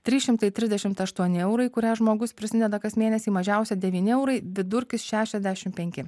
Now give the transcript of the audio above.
trys šimtai trisdešimt aštuoni eurai kurią žmogus prisideda kas mėnesį mažiausia devyni eurai vidurkis šešiasdešim penki